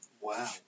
Wow